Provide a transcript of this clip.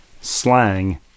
slang